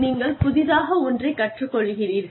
நீங்கள் புதிதாக ஒன்றைக் கற்றுக் கொள்கிறீர்கள்